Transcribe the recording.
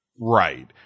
right